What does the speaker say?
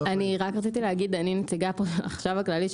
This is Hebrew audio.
אני נציגת החשב הכללי פה,